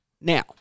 now